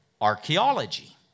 archaeology